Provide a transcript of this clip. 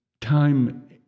time